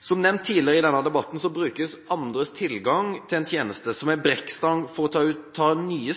Som nevnt tidligere i denne debatten brukes andres tilgang til en tjeneste som en brekkstang for å ta nye